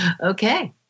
okay